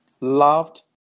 loved